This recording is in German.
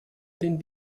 den